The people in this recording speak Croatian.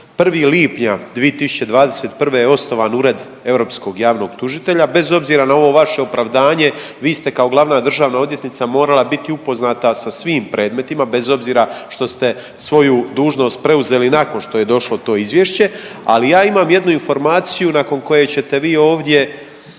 1. lipnji 2021. je osnovan Ured europskog javnog tužitelja, bez obzira na ovo vaše opravdanje vi ste kao glavna državna odvjetnica morala biti upoznata sa svim predmetima bez obzira što ste svoju dužnost preuzeli nakon što je došlo to izvješće, ali ja imam jednu informaciju nakon koje ćete vi ovdje